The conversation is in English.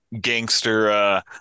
gangster